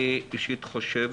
אני אישית חושב